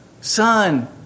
son